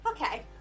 Okay